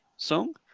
song